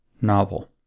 novel